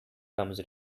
comes